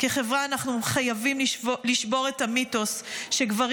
כחברה אנחנו חייבים לשבור את המיתוס שגברים